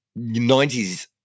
90s